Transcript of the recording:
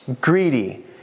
greedy